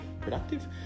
Productive